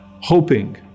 hoping